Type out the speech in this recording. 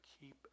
keep